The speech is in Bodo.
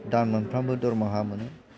दान मोनफ्रोमबो दरमाहा मोनो